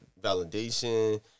validation